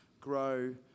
grow